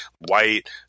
white